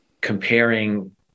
Comparing